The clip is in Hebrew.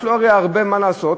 יש לו הרבה מה לעשות.